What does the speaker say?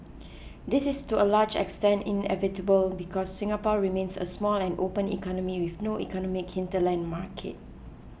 this is to a large extent inevitable because Singapore remains a small and open economy with no economic hinterland market